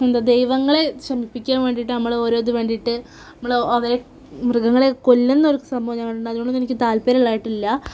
എന്താ ദൈവങ്ങളെ ശമിപ്പിക്കാൻ വേണ്ടിയിട്ട് നമ്മള് ഓരൊത് വേണ്ടി നമ്മള് അവയെ മൃഗങ്ങളെ കൊല്ലുന്നൊരു സംഭവം ഞാൻ കണ്ടിട്ടുണ്ട് അതിനോടൊന്നും എനിക്ക് താല്പര്യം യിട്ടില്ല